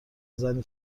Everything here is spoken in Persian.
زنی